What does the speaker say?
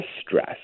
stress